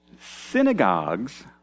Synagogues